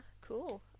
Cool